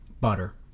Butter